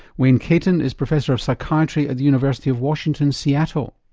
wayne katon is professor of psychiatry at the university of washington seattle.